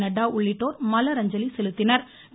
நட்டா உள்ளிட்டோர் மலரஞ்சலி செலுத்தினா்